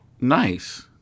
Nice